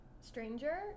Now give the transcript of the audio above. stranger